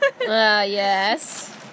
yes